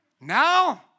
Now